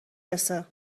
رسه